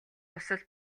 дусал